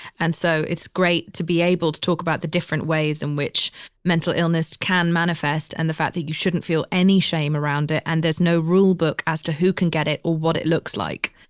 and so it's great to be able to talk about the different ways in which mental illness can manifest and the fact that you shouldn't feel any shame around it. and there's no rulebook as to who can get it or what it looks like